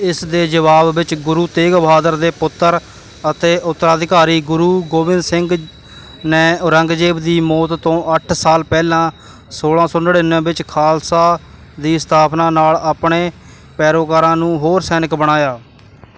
ਇਸ ਦੇ ਜਵਾਬ ਵਿੱਚ ਗੁਰੂ ਤੇਗ ਬਹਾਦਰ ਦੇ ਪੁੱਤਰ ਅਤੇ ਉੱਤਰਾਧਿਕਾਰੀ ਗੁਰੂ ਗੋਬਿੰਦ ਸਿੰਘ ਨੇ ਔਰੰਗਜ਼ੇਬ ਦੀ ਮੌਤ ਤੋਂ ਅੱਠ ਸਾਲ ਪਹਿਲਾਂ ਸੋਲ੍ਹਾਂ ਸੌ ਨੜਿਨਵੇਂ ਵਿੱਚ ਖਾਲਸਾ ਦੀ ਸਥਾਪਨਾ ਨਾਲ ਆਪਣੇ ਪੈਰੋਕਾਰਾਂ ਨੂੰ ਹੋਰ ਸੈਨਿਕ ਬਣਾਇਆ